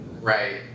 Right